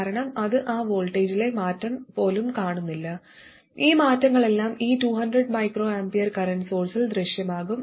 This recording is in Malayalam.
കാരണം അത് ആ വോൾട്ടേജിലെ മാറ്റം പോലും കാണുന്നില്ല ഈ മാറ്റങ്ങളെല്ലാം ഈ 200 µA കറന്റ് സോഴ്സിൽ ദൃശ്യമാകും